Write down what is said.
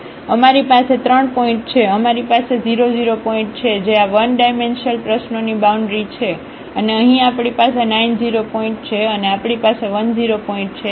તેથી અમારી પાસે ત્રણ પોઇન્ટ છે અમારી પાસે 00 પોઇન્ટ છે જે આ વન ડાઇમેન્શલ પ્રશ્નોની બાઉન્ડ્રી છે અને અહીં આપણી પાસે 90 પોઇન્ટ છે અને આપણી પાસે 10પોઇન્ટ છે